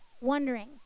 wondering